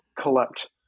Collect